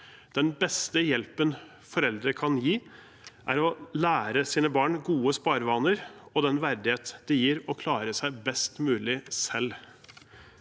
Den beste hjelpen foreldre kan gi, er å lære sine barn gode sparevaner og den verdighet det gir å klare seg best mulig selv.